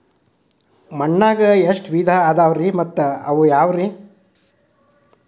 ಮಣ್ಣಾಗ ಎಷ್ಟ ವಿಧ ಇದಾವ್ರಿ ಮತ್ತ ಅವು ಯಾವ್ರೇ?